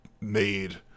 made